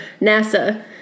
NASA